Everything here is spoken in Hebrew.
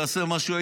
תעשה משהו,